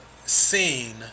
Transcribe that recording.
seen